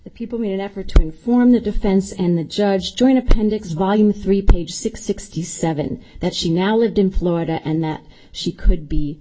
the people in an effort to inform the defense and the judge joined appendix volume three page six sixty seven that she now lived in florida and that she could be